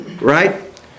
Right